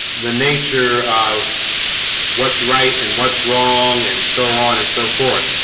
the nature of what's right and what's wrong and so on and so forth?